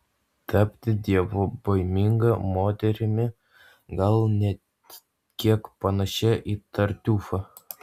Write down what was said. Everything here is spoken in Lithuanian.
tapti dievobaiminga moterimi gal net kiek panašia į tartiufą